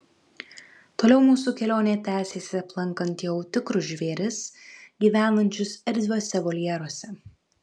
toliau mūsų kelionė tęsėsi aplankant jau tikrus žvėris gyvenančius erdviuose voljeruose